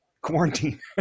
quarantine